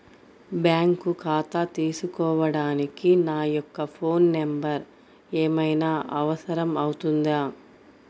Bank ఖాతా తీసుకోవడానికి నా యొక్క ఫోన్ నెంబర్ ఏమైనా అవసరం అవుతుందా?